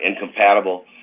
incompatible